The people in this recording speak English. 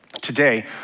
Today